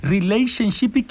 Relationship